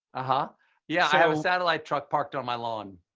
ah yeah i have a satellite truck parked on my lawn.